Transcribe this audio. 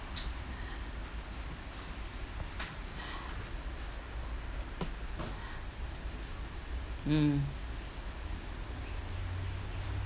mm